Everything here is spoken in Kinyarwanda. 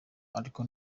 ariko